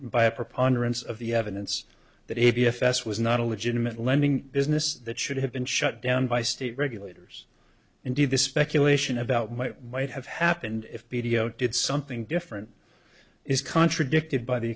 a preponderance of the evidence that it b f s was not a legitimate lending business that should have been shut down by state regulators indeed the speculation about might might have happened if video did something different is contradicted b